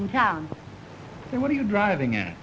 in town and what are you driving